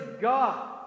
God